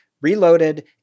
Reloaded